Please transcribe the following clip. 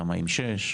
כמה עם שש,